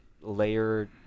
layer